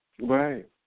Right